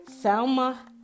Selma